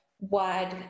wide